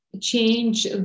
change